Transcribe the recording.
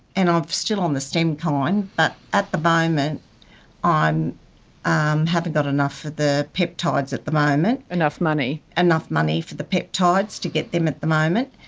and i'm still on the stem-kine, but at the moment i um haven't got enough for the peptides at the moment. enough money? enough money for the peptides, to get them at the moment,